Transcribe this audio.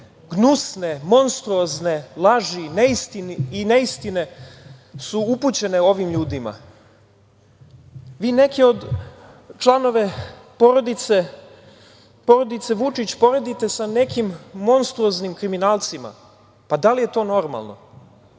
gnusne, monstruozne laži i neistine su upućene ovim ljudima. Vi neke članove porodice Vučić poredite sa nekim monstruoznim kriminalcima. Pa, da li je to normalno?